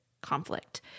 conflict